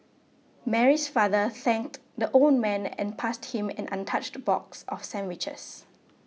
Mary's father thanked the old man and passed him an untouched box of sandwiches